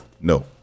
No